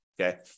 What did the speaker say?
okay